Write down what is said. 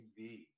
TV